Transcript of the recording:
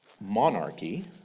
monarchy